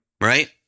right